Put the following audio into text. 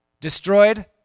destroyed